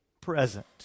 present